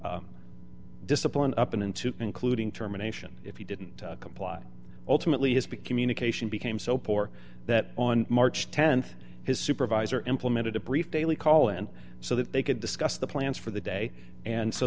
to discipline up and into including terminations if he didn't comply ultimately has been communication became so poor that on march th his supervisor implemented a brief daily call and so that they could discuss the plans for the day and so